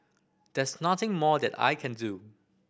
there's nothing more that I can do